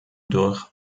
durch